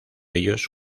ellos